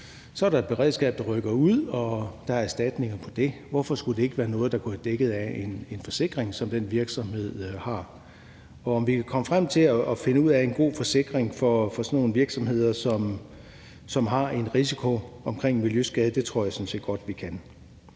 så er et beredskab, der rykker ud, og der er erstatninger på det. Hvorfor skulle det ikke være noget, der kunne være dækket af en forsikring, som den virksomhed har? Og at vi kan komme frem til at finde ud af en god forsikringsordning for sådan nogle virksomheder, som har en risiko i forhold til miljøskade, tror jeg sådan set godt.